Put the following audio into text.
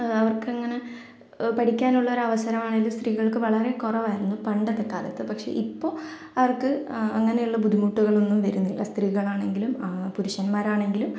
അവർക്കെങ്ങനെ പഠിക്കാനുള്ളൊരവസരമാണെങ്കിൽ സ്ത്രീകൾക്ക് വളരെ കുറവായിരുന്നു പണ്ടത്തെ കാലത്ത് പക്ഷേ ഇപ്പോൾ അവർക്ക് അങ്ങനെയുള്ള ബുദ്ധിമുട്ടുകളൊന്നും വരുന്നില്ല സ്ത്രീകളാണെങ്കിലും പുരുഷന്മാരാണെങ്കിലും